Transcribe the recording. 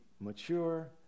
mature